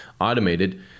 automated